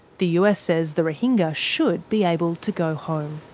the u s says the rohingya should be able to go home.